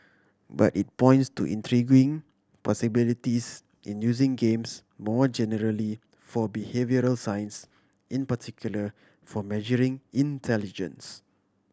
but it points to intriguing possibilities in using games more generally for behavioural science in particular for measuring intelligence